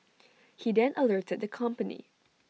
he then alerted the company